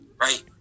right